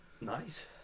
Nice